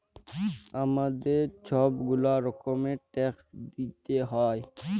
আমাদের ছব গুলা রকমের ট্যাক্স দিইতে হ্যয়